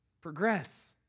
progress